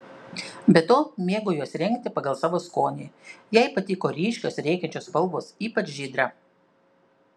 be to mėgo juos rengti pagal savo skonį jai patiko ryškios rėkiančios spalvos ypač žydra